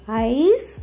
eyes